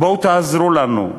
בואו תעזרו לנו.